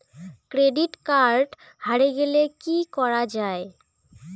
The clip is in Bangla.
ক্রেডিট কার্ড হারে গেলে কি করা য়ায়?